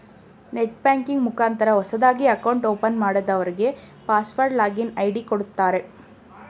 net banking ಮುಖಾಂತರ ಹೊಸದಾಗಿ account open ಮಾಡದವ್ರಗೆ ಪಾಸ್ವರ್ಡ್ ಲಾಗಿನ್ ಐ.ಡಿ ಕೊಡುತ್ತಾರೆ